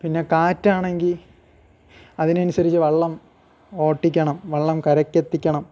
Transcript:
പിന്നെ കാറ്റാണെങ്കിൽ അതിനനുസരിച്ച് വള്ളം ഓടിക്കണം വള്ളം കരയ്ക്കെത്തിക്കണം